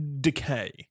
decay